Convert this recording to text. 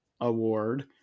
Award